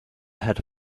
had